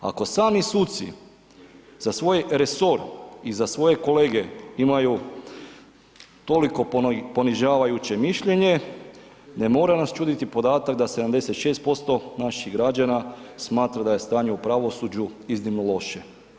Ako sami suci za svoj resor i za svoje kolege imaju toliko ponižavajuće mišljenje, ne mora nas čuditi podatak da 76% naših građana smatra da je stanje u pravosuđu iznimno loše.